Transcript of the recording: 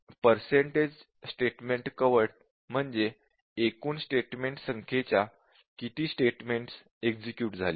percentage statement covered म्हणजे एकूण statements संख्येच्या किती स्टेटमेन्टस एक्झिक्युट झालीत